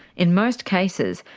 in most cases,